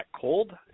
cold